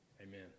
Amen